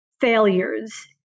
failures